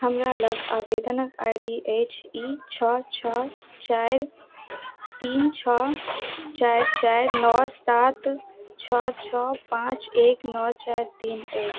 हमरालग आवेदनके I D अछि ई छओ छओ चारि तीन छओ चारि चारि नओ सात छओ छओ पाँच एक नओ चारि तीन अछि